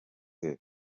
prof